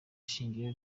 shingiro